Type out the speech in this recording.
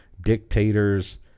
dictators